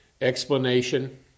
explanation